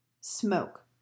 smoke